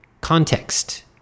context